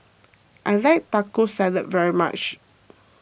I like Taco Salad very much